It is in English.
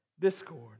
discord